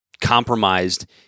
compromised